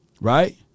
right